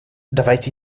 давайте